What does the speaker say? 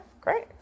Great